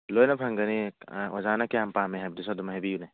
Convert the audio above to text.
ꯂꯣꯏꯅ ꯐꯪꯒꯅꯤ ꯑꯣꯖꯥꯅ ꯀꯌꯥꯝ ꯄꯥꯝꯃꯦ ꯍꯥꯏꯕꯗꯨꯁꯨ ꯑꯗꯨꯝ ꯍꯥꯏꯕꯤꯌꯨꯅꯦ